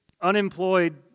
unemployed